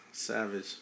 Savage